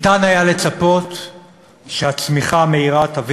אפשר היה לצפות שהצמיחה המהירה תביא